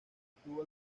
estuvo